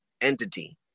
entity